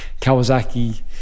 Kawasaki